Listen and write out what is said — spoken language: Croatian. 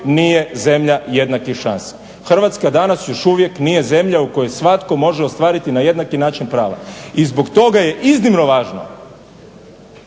nije zemlja jednakih šansi. Hrvatska danas još uvijek nije zemlja u kojoj svatko može ostvariti na jednaki način prava. I zbog toga je iznimno važno